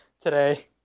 today